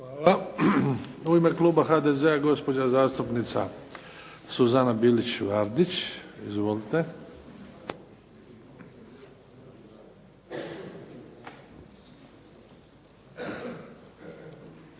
Hvala. U ime kluba HDZ-a gospođa zastupnica Suzana Bilić Vardić. Izvolite. **Bilić